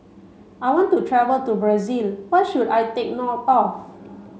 I want to travel to Brazil what should I take note of